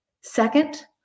Second